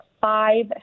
five